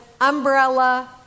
umbrella